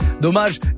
dommage